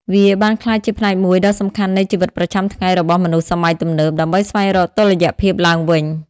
វាបានក្លាយជាផ្នែកមួយដ៏សំខាន់នៃជីវិតប្រចាំថ្ងៃរបស់មនុស្សសម័យទំនើបដើម្បីស្វែងរកតុល្យភាពឡើងវិញ។